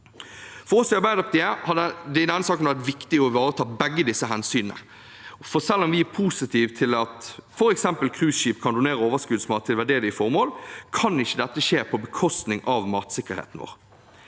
For oss i Arbeiderpartiet har det i denne saken vært viktig å ivareta begge disse hensynene. Selv om vi er positive til at f.eks. cruiseskip kan donere overskuddsmat til veldedige formål, kan ikke det skje på bekostning av matsikkerheten vår.